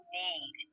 need